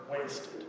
wasted